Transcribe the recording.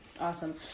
Awesome